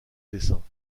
desseins